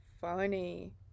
funny